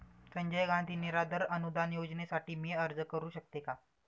संजय गांधी निराधार अनुदान योजनेसाठी मी अर्ज करू शकते का?